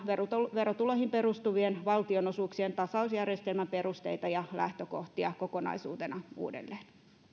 verotuloihin perustuvien valtionosuuksien tasausjärjestelmän perusteita ja lähtökohtia kokonaisuutena uudelleen